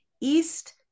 East